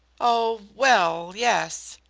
oh well, yes.